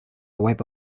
web